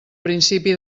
principi